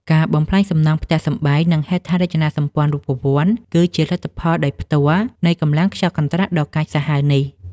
ការបំផ្លាញសំណង់ផ្ទះសម្បែង និងហេដ្ឋារចនាសម្ព័ន្ធរូបវន្ត គឺជាលទ្ធផលដោយផ្ទាល់នៃកម្លាំងខ្យល់កន្ត្រាក់ដ៏កាចសាហាវនេះ។